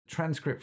transcript